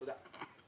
תודה.